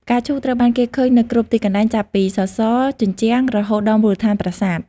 ផ្កាឈូកត្រូវបានគេឃើញនៅគ្រប់ទីកន្លែង ចាប់ពី សសរ ជញ្ជាំង រហូតដល់មូលដ្ឋានប្រាសាទ។